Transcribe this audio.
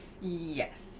Yes